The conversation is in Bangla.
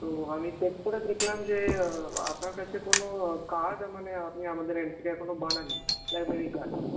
তো আমি চেক করে দেখলাম যে আপনার কাছে কোনো কার্ড মানে আপনি আমাদের এন্ট্রি এখনো বানান নি লাইব্রেরি কার্ড